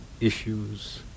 issues